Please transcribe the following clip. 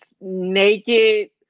naked